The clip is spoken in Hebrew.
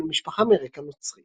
למשפחה מרקע נוצרי.